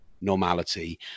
normality